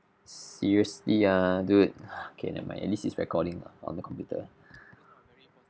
seriously ah dude okay never mind at least it's recording on the computer